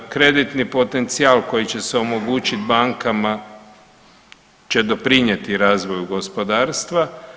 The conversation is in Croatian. Kreditni potencijal koji će se omogućiti bankama će doprinijeti razvoju gospodarstva.